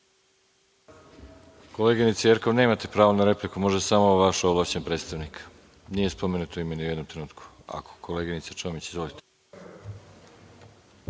koleginica Čomić. Izvolite.